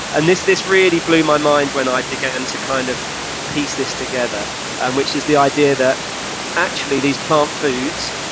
and this this really blew my mind when i began to kind of piece this together and which is the idea that actually these plant foods